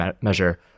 measure